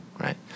right